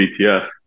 bts